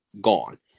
gone